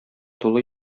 тулы